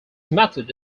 method